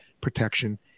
protection